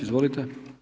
Izvolite.